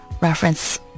reference